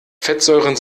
fettsäuren